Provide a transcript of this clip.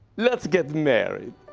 let's get married.